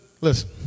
listen